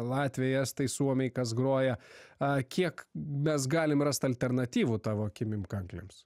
latviai estai suomiai kas groja a kiek mes galim rast alternatyvų tavo akimim kanklėms